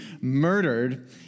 murdered